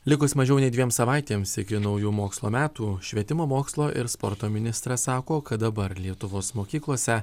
likus mažiau nei dviem savaitėms iki naujų mokslo metų švietimo mokslo ir sporto ministras sako kad dabar lietuvos mokyklose